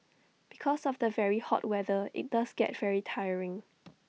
because of the very hot weather IT does get very tiring